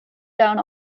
down